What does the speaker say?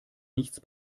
nichts